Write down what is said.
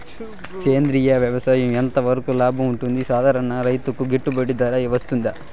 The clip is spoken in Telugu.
సేంద్రియ వ్యవసాయం ఎంత వరకు లాభంగా ఉంటుంది, సాధారణ రైతుకు గిట్టుబాటు ధర వస్తుందా?